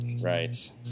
Right